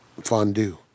fondue